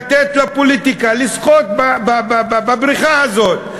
לתת לפוליטיקה לשחות בבריכה הזאת.